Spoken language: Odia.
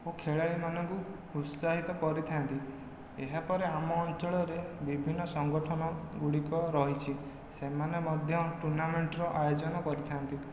ଓ ଖେଳାଳି ମାନଙ୍କୁ ଉତ୍ସାହିତ କରିଥାନ୍ତି ଏହା ପରେ ଆମ ଅଞ୍ଚଳରେ ବିଭିନ୍ନ ସଂଗଠନ ଗୁଡ଼ିକ ରହିଛି ସେମାନେ ମଧ୍ୟ ଟୁର୍ଣ୍ଣାମେଣ୍ଟର ଆୟୋଜନ କରିଥାନ୍ତି